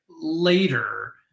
later